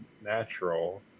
natural